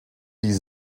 die